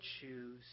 choose